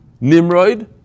Nimrod